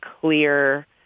clear